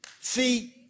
See